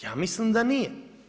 Ja mislim da nije.